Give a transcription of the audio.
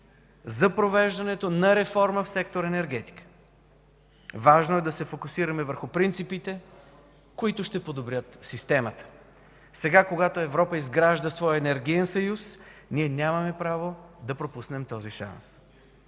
за провеждането на реформа в сектор „Енергетика”. Важно е да се фокусираме върху принципите, които ще подобрят системата. Сега, когато Европа изгражда своя енергиен съюз, ние нямаме право да пропуснем този шанс.